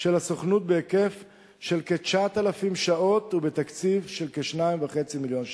של הסוכנות בהיקף של כ-9,000 שעות ובתקציב של כ-2.5 מיליון שקל.